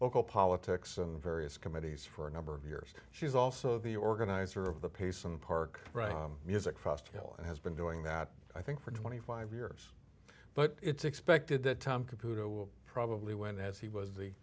local politics and various committees for a number of years she's also the organizer of the peace and park music festival and has been doing that i think for twenty five years but it's expected that tom computer will probably win as he was the